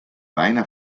bijna